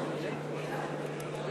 עדיין השר המקשר.